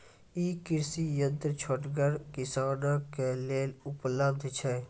ई कृषि यंत्र छोटगर किसानक लेल उपलव्ध छै?